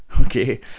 Okay